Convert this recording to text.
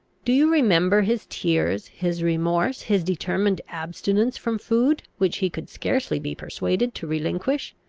do you remember his tears, his remorse, his determined abstinence from food, which he could scarcely be persuaded to relinquish?